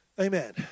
Amen